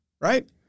Right